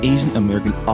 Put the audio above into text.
Asian-American